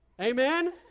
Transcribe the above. Amen